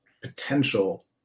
potential